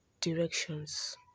directions